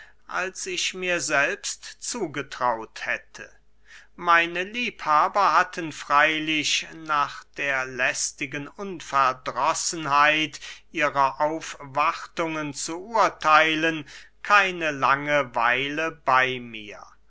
als ich mir selbst zugetraut hätte meine liebhaber hatten freylich nach der lästigen unverdrossenheit ihrer aufwartungen zu urtheilen keine lange weile bey mir